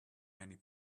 many